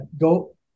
go